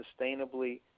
sustainably